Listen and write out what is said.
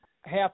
half